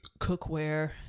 cookware